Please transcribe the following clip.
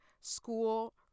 school